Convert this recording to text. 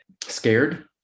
scared